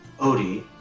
Odie